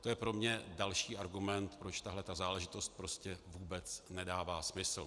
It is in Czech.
To je pro mě další argument, proč tato záležitost prostě vůbec nedává smysl.